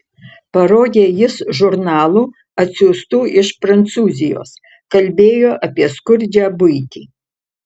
parodė jis žurnalų atsiųstų iš prancūzijos kalbėjo apie skurdžią buitį